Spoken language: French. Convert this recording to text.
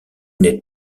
n’êtes